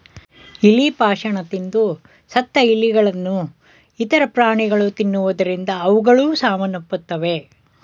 ಇಲಿ ಪಾಷಾಣ ತಿಂದು ಸತ್ತ ಇಲಿಗಳನ್ನು ಇತರ ಪ್ರಾಣಿಗಳು ತಿನ್ನುವುದರಿಂದ ಅವುಗಳು ಸಾವನ್ನಪ್ಪುತ್ತವೆ